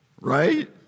right